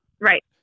Right